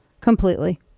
completely